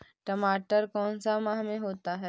टमाटर कौन सा माह में होता है?